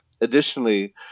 Additionally